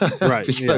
Right